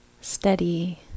steady